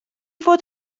fod